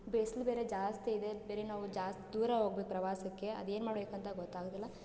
ಬಿಸ್ಲು ಬೇರೆ ಜಾಸ್ತಿ ಇದೆ ಬೇರೆ ನಾವು ಜಾಸ್ತಿ ದೂರ ಹೋಗ್ಬೇಕು ಪ್ರವಾಸಕ್ಕೆ ಅದೇನು ಮಾಡ್ಬೇಕು ಅಂತ ಗೊತ್ತಾಗೋದಿಲ್ಲ